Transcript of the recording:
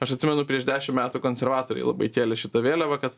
aš atsimenu prieš dešim metų konservatoriai labai kėlė šitą vėliavą kad